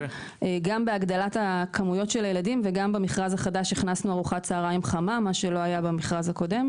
גם בהגדלת כמויות הילדים וגם הכנסנו ארוחת צהריים חמה במכרז החדש